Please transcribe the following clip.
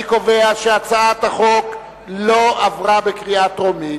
אני קובע שהצעת החוק לא עברה בקריאה טרומית.